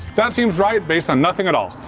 that seems right based on nothing at all.